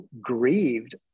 grieved